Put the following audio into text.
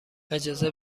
اجازه